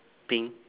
pink